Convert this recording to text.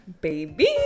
Baby